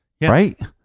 right